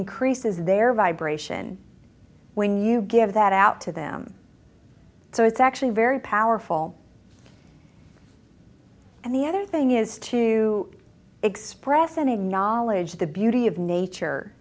increases their vibration when you give that out to them so it's actually very powerful and the other thing is to express any knowledge the beauty of nature